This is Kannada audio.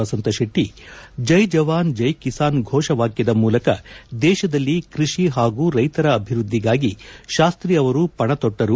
ವಸಂತ್ ಶೆಟ್ಟಿ ಜೈ ಜವಾನ್ ಜೈ ಕಿಸಾನ್ ಘೋಷವಾಕ್ಯದ ಮೂಲಕ ದೇಶದಲ್ಲಿ ಕೃಷಿ ಪಾಗೂ ರೈತರ ಅಭಿವೃದ್ಧಿಗಾಗಿ ಶಾಸ್ತ್ರಿ ಅವರು ಪಣತೊಟ್ಟರು